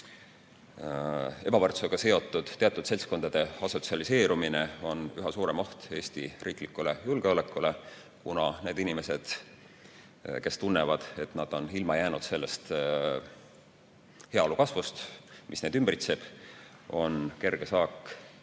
ebavõrdsusega seotud teatud seltskondade asotsialiseerumine on üha suurem oht Eesti riiklikule julgeolekule, kuna need inimesed, kes tunnevad, et nad on ilma jäänud sellest heaolu kasvust, mis neid ümbritseb, on kerge saak